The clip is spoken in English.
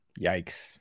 Yikes